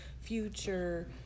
future